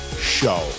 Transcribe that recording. Show